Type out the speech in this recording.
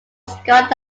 scarred